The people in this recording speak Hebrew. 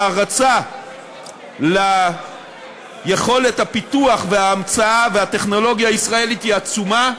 ההערצה ליכולת הפיתוח וההמצאה והטכנולוגיה הישראלית היא עצומה,